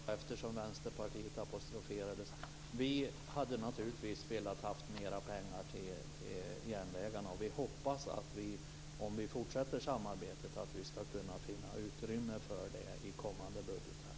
Fru talman! Jag har ett kort påpekande, eftersom Vänsterpartiet apostroferades. Vi hade naturligtvis velat ha mer pengar till järnvägarna, och vi hoppas att vi, om vi fortsätter samarbetet, ska kunna finna utrymme för det i kommande budgetar.